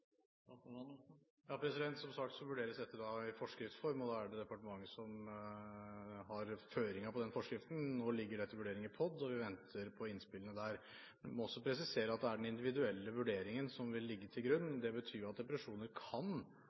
Som sagt vurderes det å få dette i forskriftsform, og da er det departementet som vil ha føringen for denne forskriften. Nå ligger det til vurdering i POD, og vi venter på innspillene derfra. Jeg må også presisere at det er den individuelle vurderingen som vil ligge til grunn. Det betyr at depresjoner kan